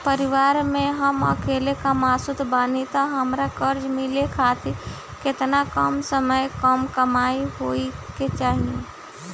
परिवार में हम अकेले कमासुत बानी त हमरा कर्जा मिले खातिर केतना कम से कम कमाई होए के चाही?